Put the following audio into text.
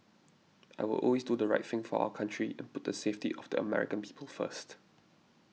I will always do the right thing for our country and put the safety of the American people first